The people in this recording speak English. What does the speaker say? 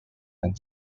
and